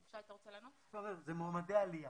אתה מועמדי עלייה